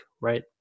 right